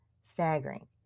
staggering